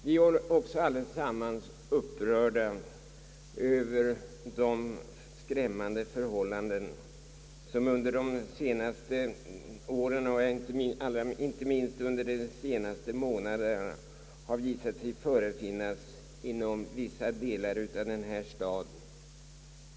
Vi är alla upprörda över de skrämmande förhållanden som under de senaste åren — inte minst under de senaste månaderna — har visat sig förefinnas inom vissa delar av denna stad.